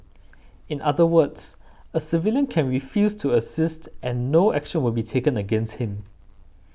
in other words a civilian can refuse to assist and no action will be taken against him